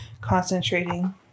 concentrating